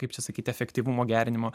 kaip čia sakyti efektyvumo gerinimo